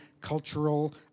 Cultural